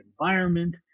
environment